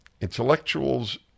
Intellectuals